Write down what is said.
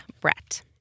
Brett